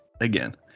again